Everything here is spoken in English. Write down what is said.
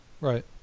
right